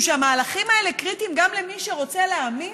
המהלכים האלה קריטיים גם למי שרוצה להאמין,